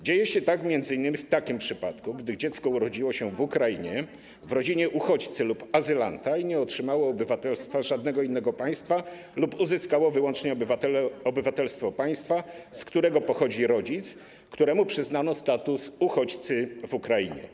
Dzieje się tak m.in. w takim przypadku, gdy dziecko urodziło się w Ukrainie w rodzinie uchodźcy lub azylanta i nie otrzymało obywatelstwa żadnego innego państwa lub uzyskało wyłącznie obywatelstwo państwa, z którego pochodzi rodzic, któremu przyznano status uchodźcy w Ukrainie.